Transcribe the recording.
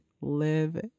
live